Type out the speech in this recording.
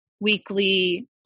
weekly